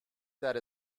that